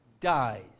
dies